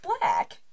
black